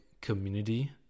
community